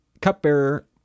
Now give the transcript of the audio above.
cupbearer